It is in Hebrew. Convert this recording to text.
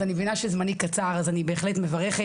אז אני מבינה שזמני קצר אז אני בהחלט מברכת,